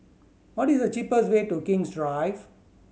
what is the cheapest way to King's Drive